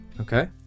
Okay